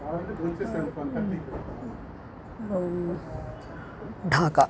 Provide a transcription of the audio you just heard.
Dhaka